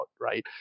Right